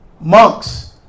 Monks